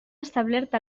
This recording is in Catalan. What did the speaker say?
establert